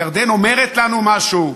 ירדן אומרת לנו משהו,